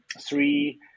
three